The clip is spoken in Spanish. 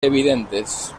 evidentes